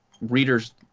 readers